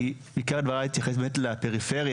אני בעיקר דבריי אתייחס בעיקר לפריפריה,